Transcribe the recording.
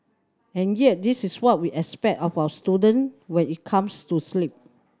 and yet this is what we expect of our student when it comes to sleep